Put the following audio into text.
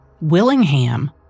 Willingham